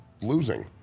losing